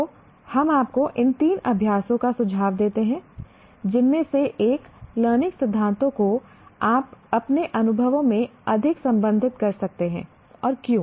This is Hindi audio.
तो हम आपको इन तीन अभ्यासों का सुझाव देते हैं जिनमें से एक लर्निंग सिद्धांतों को आप अपने अनुभवों में अधिक संबंधित कर सकते हैं और क्यों